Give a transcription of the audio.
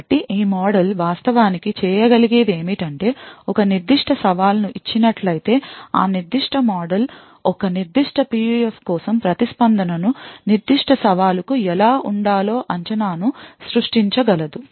కాబట్టి ఈ మోడల్ వాస్తవానికి చేయగలిగేది ఏమిటంటే ఒక నిర్దిష్ట సవాలు ఇచ్చినట్లయితే ఈ నిర్దిష్ట మోడల్ ఒక నిర్దిష్ట PUF కోసం ప్రతిస్పందన నిర్దిష్ట సవాలుకు ఎలా ఉండాలో అంచనాను సృష్టించగలదు